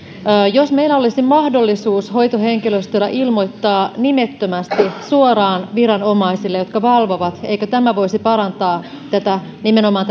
jos meillä olisi mahdollisuus hoitohenkilöstöllä ilmoittaa nimettömästi suoraan viranomaisille jotka valvovat eikö tämä voisi parantaa nimenomaan